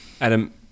Adam